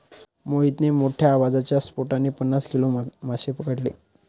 मोहितने मोठ्ठ्या आवाजाच्या स्फोटाने पन्नास किलो मासे पकडले